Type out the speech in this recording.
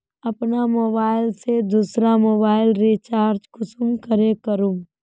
अपना मोबाईल से दुसरा मोबाईल रिचार्ज कुंसम करे करूम?